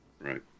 right